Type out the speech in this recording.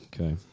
Okay